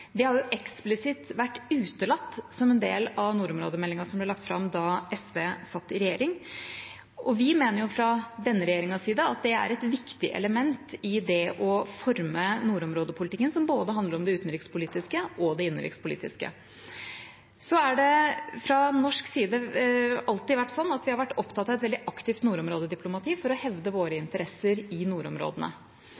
Det har eksplisitt vært utelatt av nordområdemeldinga som ble lagt fram da SV satt i regjering, og fra denne regjeringas side mener vi at det er et viktig element i det å forme nordområdepolitikken, som handler om både det utenrikspolitiske og det innenrikspolitiske. Fra norsk side har det alltid vært sånn at vi har vært opptatt av et veldig aktivt nordområdediplomati for å hevde våre interesser i